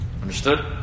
Understood